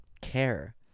care